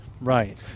Right